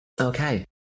Okay